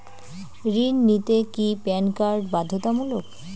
ঋণ নিতে কি প্যান কার্ড বাধ্যতামূলক?